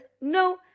no